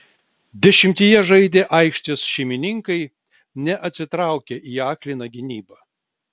dešimtyje žaidę aikštės šeimininkai neatsitraukė į akliną gynybą